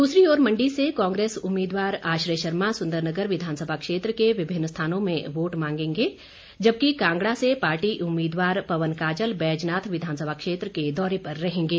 दूसरी ओर मंडी से कांग्रेस उम्मीदवार आश्रय शर्मा सुंदरनगर विधानसभा क्षेत्र के विभिन्न स्थानों में वोट मांगेंगे जबकि कांगड़ा से पार्टी उम्मीदवार पवन काजल बैजनाथ विधानसभा क्षेत्र के दौरे पर रहेंगे